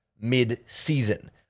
mid-season